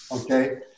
Okay